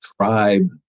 tribe